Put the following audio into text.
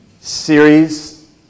series